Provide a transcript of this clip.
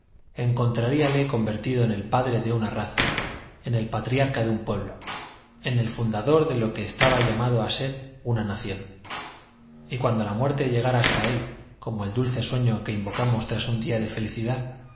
existencia encontraríale convertido en el padre de una raza en el patriarca de un pueblo en el fundador de lo que estaba llamado a ser una nación y cuando la muerte llegara hasta él como el dulce sueño que invocamos tras un día de felicidad